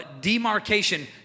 demarcation